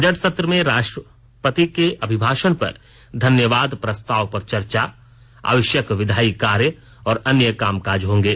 budget सत्र में राष्ट्रपति के अभिभाषण पर धन्यवाद प्रस्ताव पर चर्चा आवश्यक विधायी कार्य और अन्य कामकाज होंगे